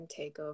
takeover